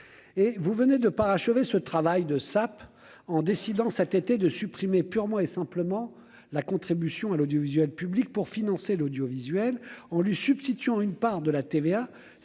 et vous venez de parachever ce travail de sape en décidant cet été de supprimer purement et simplement la contribution à l'audiovisuel public pour financer l'audiovisuel en lui substituant une part de la TVA